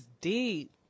deep